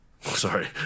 sorry